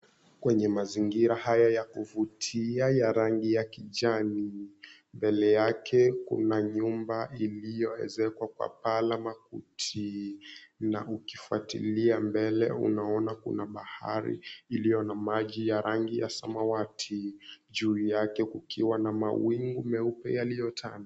Kwenye mazingira haya ya kuvutia ya rangi ya kijani mbele yake kuna nyumba iliyowezeshwa kwa paa la makuti, na ukifuatilia mbele unaona kuna bahari iliyo na maji ya rangi ya samawati. Juu yake kukiwa na mawingu meupe yaliyotanda.